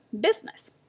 business